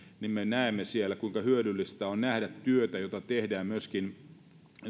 me näemme siellä kuinka hyödyllistä on nähdä työtä jota tehdään myöskin